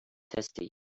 tasty